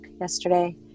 yesterday